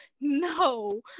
No